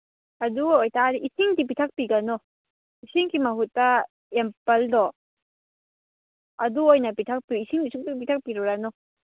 ꯑꯗꯨ ꯑꯣꯏꯕ ꯇꯥꯔꯗꯤ ꯏꯁꯤꯡꯗꯤ ꯄꯤꯊꯛꯄꯤꯒꯅꯨ ꯏꯁꯤꯡꯒꯤ ꯃꯍꯨꯠꯇ ꯑꯦꯝꯄꯜꯗꯣ ꯑꯗꯨ ꯑꯣꯏꯅ ꯄꯤꯊꯛꯄꯤꯌꯨ ꯏꯁꯤꯡꯗꯤ ꯁꯨꯡꯄꯤ ꯄꯤꯊꯛꯄꯤꯔꯨꯔꯅꯨ